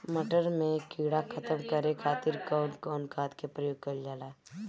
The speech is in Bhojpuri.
मटर में कीड़ा खत्म करे खातीर कउन कउन खाद के प्रयोग कईल जाला?